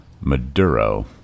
Maduro